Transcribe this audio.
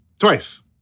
Twice